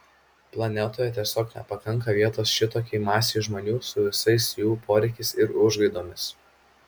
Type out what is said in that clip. planetoje tiesiog nepakanka vietos šitokiai masei žmonių su visais jų poreikiais ir užgaidomis